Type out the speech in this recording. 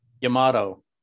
Yamato